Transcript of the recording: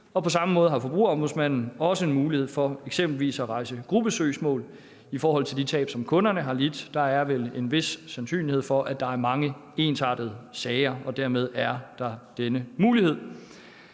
På samme måde har Forbrugerombudsmanden også en mulighed for eksempelvis at rejse gruppesøgsmål i forbindelse med de tab, som kunderne har lidt. Der er vel en vis sandsynlighed for, at der er mange ensartede sager, og dermed er der denne mulighed.